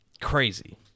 crazy